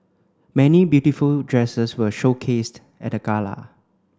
many beautiful dresses were showcased at the gala